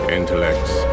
intellects